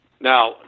Now